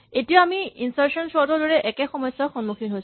এতিয়া আমি ইনচাৰ্চন চৰ্ট ৰ দৰে একে সমস্যাৰ সন্মূখীন গৈছো